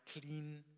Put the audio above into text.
clean